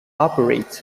operates